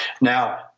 now